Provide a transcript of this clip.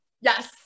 Yes